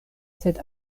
sed